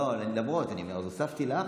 הוספתי לך.